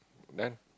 then